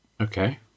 Okay